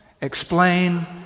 explain